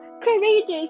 Courageous